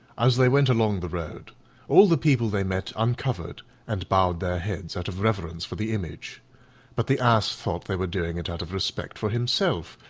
as they went along the road all the people they met uncovered and bowed their heads out of reverence for the image but the ass thought they were doing it out of respect for himself,